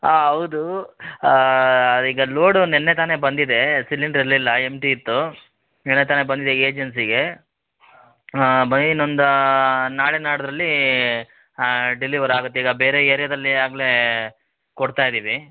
ಹಾಂ ಹೌದು ಈಗ ಲೋಡು ನಿನ್ನೆ ತಾನೆ ಬಂದಿದೆ ಸಿಲಿಂಡ್ರ್ ಇರಲಿಲ್ಲ ಎಮ್ಟಿ ಇತ್ತು ನಿನ್ನೆ ತಾನೆ ಬಂದಿದೆ ಏಜನ್ಸಿಗೆ ಬನ್ನಿ ಇನ್ನೊಂದು ನಾಳೆ ನಾಡ್ದ್ರಲ್ಲಿ ಡೆಲಿವರ್ ಆಗತ್ತೆ ಈಗ ಬೇರೆ ಏರ್ಯಾದಲ್ಲಿ ಆಗ್ಲೆ ಕೊಡ್ತಾ ಇದ್ದೀವಿ